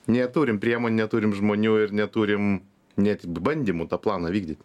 neturim priemonių neturim žmonių ir neturim net bandymų tą planą vykdyt